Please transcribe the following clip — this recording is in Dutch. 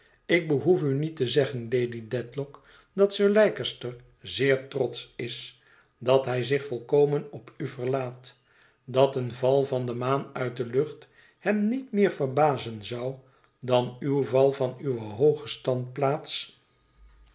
ik behoef u niet te zeggen lady dediock dat sir leicester zeer trotsch is dat hij zich volkomen op u verlaat dat een val van de maan uit de lucht hem niet meer verbazen zou dan uw val van uwe hooge